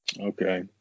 Okay